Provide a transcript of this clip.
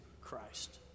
Christ